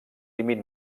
límit